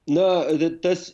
na tas